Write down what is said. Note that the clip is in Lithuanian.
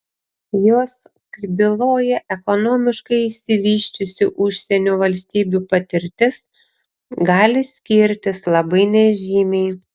jos kaip byloja ekonomiškai išsivysčiusių užsienio valstybių patirtis gali skirtis labai nežymiai